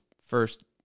first